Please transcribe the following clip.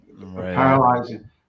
paralyzing